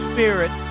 Spirit